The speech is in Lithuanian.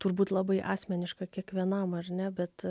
turbūt labai asmeniška kiekvienam ar ne bet